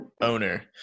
owner